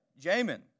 Jamin